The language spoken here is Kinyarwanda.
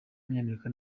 w’umunyamerika